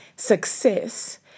Success